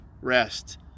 rest